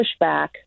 pushback